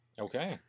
Okay